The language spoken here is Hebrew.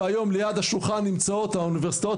והיום ליד השולחן נמצאות האוניברסיטאות